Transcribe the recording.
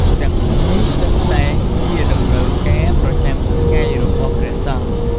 ទាំងអស់នេះសុទ្ធតែជាតម្រូវការប្រចាំថ្ងៃរបស់ព្រះសង្ឃ។